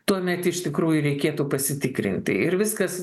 tuomet iš tikrųjų reikėtų pasitikrinti ir viskas